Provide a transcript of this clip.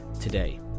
today